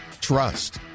Trust